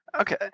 Okay